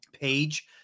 page